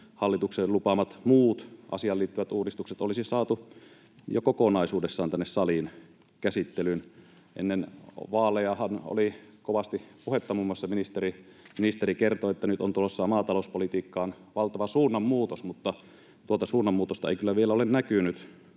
hallituksen lupaamat muut asiaan liittyvät uudistukset olisi saatu jo kokonaisuudessaan tänne saliin käsittelyyn. Ennen vaalejahan oli kovasti puhetta, muun muassa ministeri kertoi, että nyt on tulossa maatalouspolitiikkaan valtava suunnanmuutos, mutta tuota suunnanmuutosta ei kyllä vielä ole näkynyt.